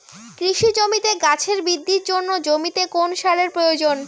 কৃষি জমিতে গাছের বৃদ্ধির জন্য জমিতে কোন সারের প্রয়োজন?